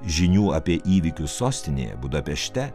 žinių apie įvykius sostinėje budapešte